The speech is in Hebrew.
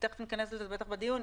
תכף נכנס לזה בטח בדיון,